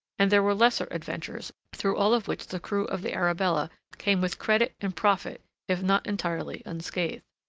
and there were lesser adventures through all of which the crew of the arabella came with credit and profit if not entirely unscathed.